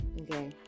okay